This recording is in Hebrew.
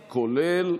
כולל.